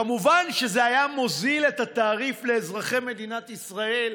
כמובן שזה היה מוריד את התעריף של החשמל לאזרחי מדינת ישראל.